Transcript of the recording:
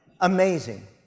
amazing